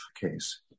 case